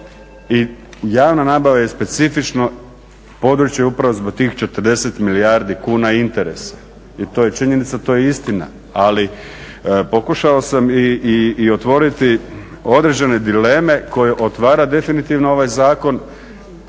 I javna nabava je specifično područje upravo zbog tih 40 milijardi kuna interesa. I to je činjenica, to je istina, ali pokušao sam i otvoriti određene dileme koje otvara definitivno ovaj zakon,